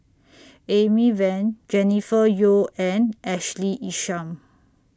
Amy Van Jennifer Yeo and Ashley Isham